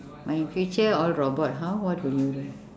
but in future all robot how what will you do